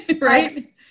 right